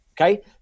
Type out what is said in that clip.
Okay